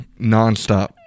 nonstop